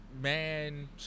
man